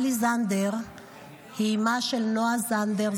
מלי זנדר היא אימה של נועה זנדר,